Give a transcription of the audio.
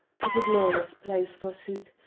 tis a glorious place, forsooth,